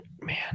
man